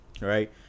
Right